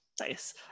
Nice